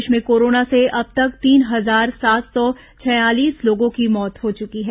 प्रदेश में कोरोना से अब तक तीन हजार सात सौ छियालीस लोगों की मौत हो चुकी है